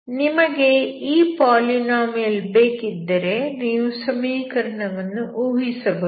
ನಿಮಗೆ ಈ ಪಾಲಿನಾಮಿಯಲ್ ಬೇಕಿದ್ದರೆ ನೀವು ಸಮೀಕರಣವನ್ನು ಊಹಿಸಬಹುದು